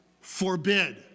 forbid